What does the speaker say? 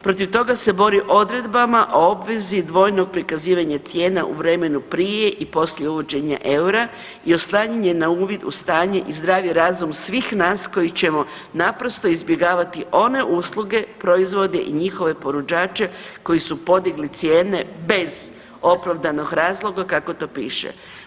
protiv toga se bori odredbama o obvezi dvojnog prikazivanja cijena u vremenu prije i poslije uvođenja eura i oslanjanje na uvid u stanje i zdravi razum svih nas koji ćemo naprosto izbjegavati one usluge, proizvode i njihove ponuđače koji su podigli cijene bez opravdanog razloga, kako to piše.